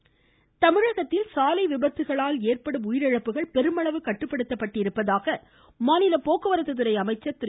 விஜயபாஸ்கர் தமிழகத்தில் சாலை விபத்துக்களில் ஏற்படும் உயிரிழப்புகள் பெருமளவு கட்டுப்படுத்தப்பட்டிருப்பதாக மாநில போக்குவரத்துதுறை அமைச்சர் திரு